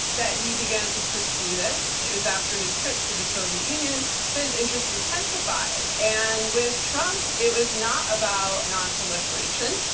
that he began to pursue this. and it was after his trip to the soviet union that his interest intensified. and with trump, it was not about non-proliferation.